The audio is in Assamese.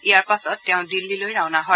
ইয়াৰ পাছত তেওঁ দিল্লীলৈ ৰাওনা হয়